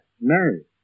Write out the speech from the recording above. Married